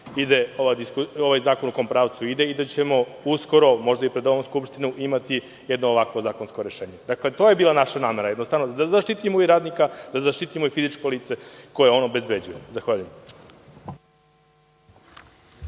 i da ćemo uskoro, možda i pred ovom Skupštinom imati jedno ovakvo zakonsko rešenje. To je bila naša namera, da jednostavno zaštitimo i radnika i fizičko lice koje on obezbeđuje. Zahvaljujem.